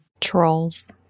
Trolls